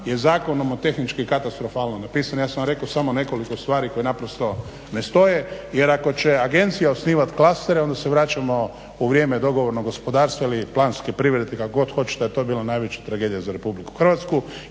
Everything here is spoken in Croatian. zakon nomotehnički katastrofalno napisan. Ja sam vam rekao samo nekoliko stvari koje ne stoj jer ako će agencija osnivati klastere onda se vraćamo u vrijeme dogovornog gospodarstva ili planske privrede, kako god hoćete a to je bila najveća tragedija za RH jer